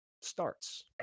starts